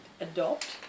adopt